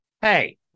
Hey